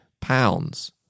pounds